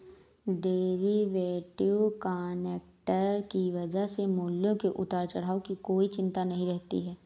derivative contract की वजह से मूल्यों के उतार चढ़ाव की कोई चिंता नहीं रहती है